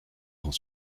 grand